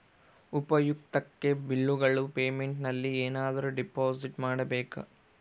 ಉಪಯುಕ್ತತೆ ಬಿಲ್ಲುಗಳ ಪೇಮೆಂಟ್ ನಲ್ಲಿ ಏನಾದರೂ ಡಿಪಾಸಿಟ್ ಮಾಡಬೇಕಾ?